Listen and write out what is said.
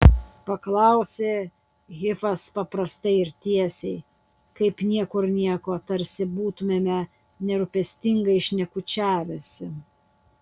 paklausė hifas paprastai ir tiesiai kaip niekur nieko tarsi būtumėme nerūpestingai šnekučiavęsi